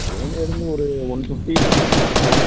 தேனியிலேருந்து ஒரு one fifty நார்மலாக